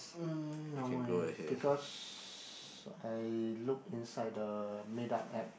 mm no eh because I look inside the meet up app